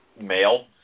male